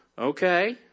Okay